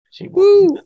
Woo